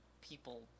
people